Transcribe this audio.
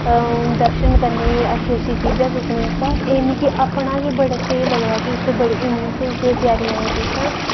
दर्शन करने गी अच्छी अच्छी चीजां दिक्खने आस्तै एह् मिकी अपना गै बड़ा स्हेई लगदा ऐ कि इत्थै बड़ियां इन्नी स्हेई स्हेई प्यारी प्यारी चीजां न